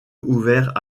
ouvert